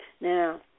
Now